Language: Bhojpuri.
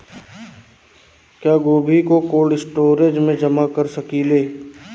क्या गोभी को कोल्ड स्टोरेज में जमा कर सकिले?